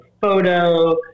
photo